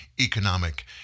economic